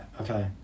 okay